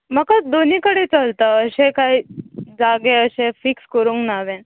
म्हाका दोनी कडे चलता अशें कांय जागे अशें फिक्स करूंक ना हांवेन